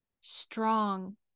Strong